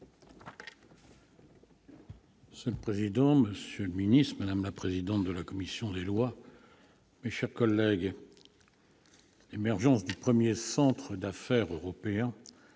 Monsieur le président, monsieur le ministre, madame la vice-présidente de la commission, mes chers collègues, l'émergence du premier centre d'affaires européen,